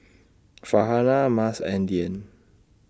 Farhanah Mas and Dian